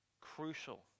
crucial